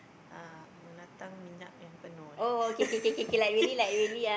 uh menatang minyak yang penuh eh